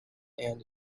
and